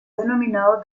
denominado